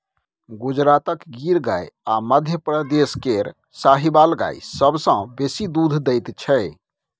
गुजरातक गिर गाय आ मध्यप्रदेश केर साहिबाल गाय सबसँ बेसी दुध दैत छै